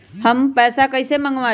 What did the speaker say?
हम पैसा कईसे मंगवाई?